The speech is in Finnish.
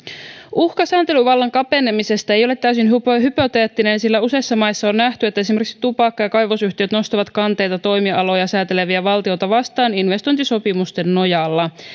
uhka sääntelyvallan kapenemisesta ei ei ole täysin hypoteettinen sillä useissa maissa on nähty että esimerkiksi tupakka ja kaivosyhtiöt nostavat kanteita toimialoja sääteleviä valtioita vastaan investointisopimusten nojalla